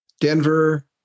Denver